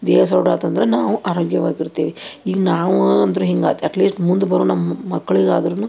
ದೇಹ ಸೊಡ್ರ್ ಆಯ್ತಂದ್ರೆ ನಾವು ಆರೋಗ್ಯವಾಗಿರ್ತೀವಿ ಈಗ ನಾವೂ ಅಂದ್ರೆ ಹಿಂಗಾಯ್ತು ಎಟ್ ಲೀಸ್ಟ್ ಮುಂದೆ ಬರೋ ನಮ್ಮ ಮಕ್ಕಳಿಗಾದ್ರೂ